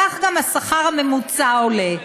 כך גם השכר הממוצע עולה.